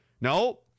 no